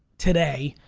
today,